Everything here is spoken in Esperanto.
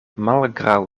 malgraŭ